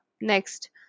next